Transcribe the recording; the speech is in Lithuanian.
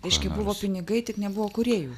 reiškia buvo pinigai tik nebuvo kūrėjų